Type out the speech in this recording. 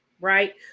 right